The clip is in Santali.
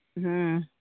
ᱦᱮᱸ